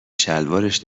شلوارش